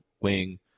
wing